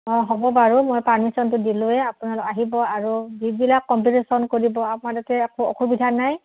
অঁ হ'ব বাৰু মই পাৰ্মিশ্যনটো দিলৈে আপোনালোক আহিব আৰু যিবিলাক কম্পিটিশ্যন কৰিব আমাৰ তাতে এক অসুবিধা নাই